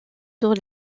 dans